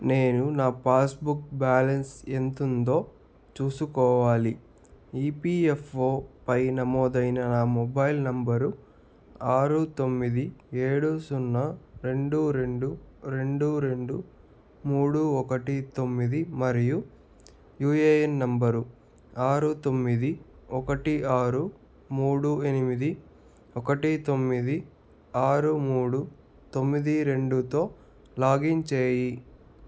నేను నా passbook balance ఎంత ఉందో చూసుకోవాలి ఈపీఎఫ్ఓపై నమోదైన నా మొబైల్ నెంబరు ఆరు తొమ్మిది ఏడు సున్నా ఏడు రెండు రెండు రెండు రెండు మూడు ఒకటి తొమ్మిది మరియు యూఏఎన్ నెంబరు ఆరు తొమ్మిది ఒకటి ఆరు మూడు ఎనిమిది ఒకటి తొమ్మిది ఆరు మూడు తొమ్మిది రెండుతో లాగిన్ చేయి